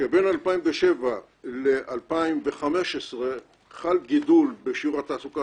שבין 2007 ל-2015 חל גידול בשיעור התעסוקה